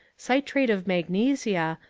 citrate of magnesia,